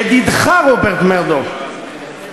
ידידך רופרט מרדוק,